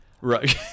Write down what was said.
Right